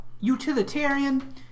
utilitarian